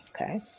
okay